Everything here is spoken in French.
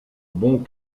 bons